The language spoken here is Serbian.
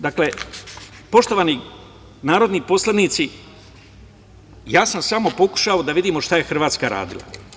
Dakle, poštovani narodni poslanici, ja sam samo pokušao da vidimo šta je Hrvatska radila.